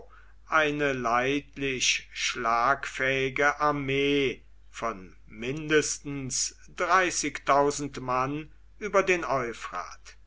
eine leidlich schlagfähige armee von mindestens mann über den